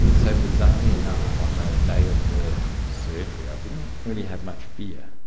so, bizarrely enough, on the day of the surgery i didn't really have much fear.